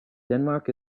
denmark